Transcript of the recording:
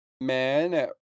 man